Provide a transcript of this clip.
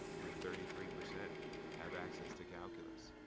only thirty three percent have access to calculus.